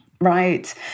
Right